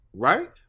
Right